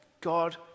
God